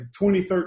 2013